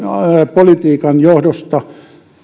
politiikan johdosta